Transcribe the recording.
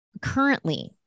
currently